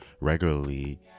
regularly